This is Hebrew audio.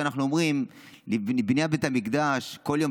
כשאנחנו אומרים על בניית בית המקדש כל יום